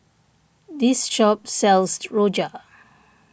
this shop sells Rojak